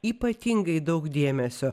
ypatingai daug dėmesio